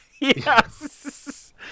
Yes